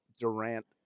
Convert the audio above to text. durant